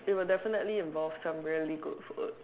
it will definitely involve some really good food